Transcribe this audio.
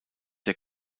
der